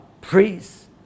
priests